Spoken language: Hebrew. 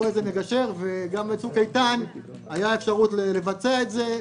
גם בצוק איתן הייתה אפשרות לבצע את זה.